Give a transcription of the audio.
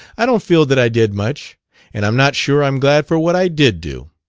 i don't feel that i did much and i'm not sure i'm glad for what i did do.